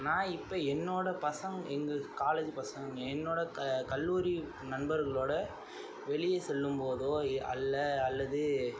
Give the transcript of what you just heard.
நான் இப்போ என்னோடய பசங்க எங்கள் காலேஜ் பசங்க என்னோடய க கல்லூரி நண்பர்களோடு வெளியே செல்லும் போதோ அல்ல அல்லது